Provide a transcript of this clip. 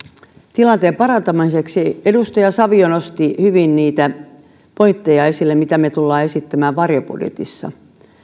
tilanteen parantamiseksi niin edustaja savio nosti hyvin niitä pointteja esille mitä me tulemme esittämään varjobudjetissamme